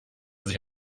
sich